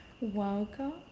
Welcome